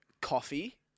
Coffee